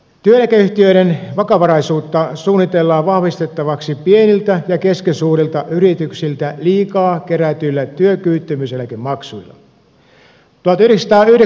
työeläkeyhtiöiden vakavaraisuutta suunnitellaan vahvistettavaksi pieniltä ja keskisuurilta yrityksiltä liikaa kerätyillä työkyvyttömyyseläkemaksuilla